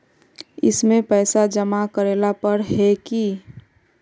इसमें पैसा जमा करेला पर है की?